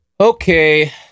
Okay